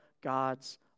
God's